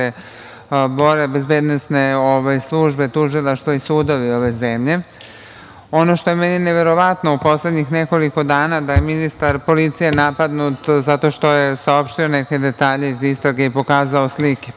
bore bezbednosne službe, tužilaštva i sudovi ove zemlje. Ono što je meni neverovatno u poslednjih nekoliko dana, da je ministar policije napadnut zato što je saopštio neke detalje iz istrage i pokazao slike.